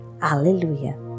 Alleluia